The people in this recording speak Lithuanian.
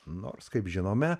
nors kaip žinome